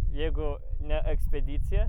jeigu ne ekspedicija